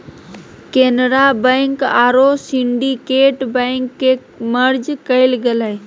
Canara bank आरो Syndicate bank के merge कइल गेलय